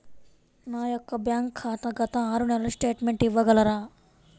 నా యొక్క బ్యాంక్ ఖాతా గత ఆరు నెలల స్టేట్మెంట్ ఇవ్వగలరా?